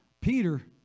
Peter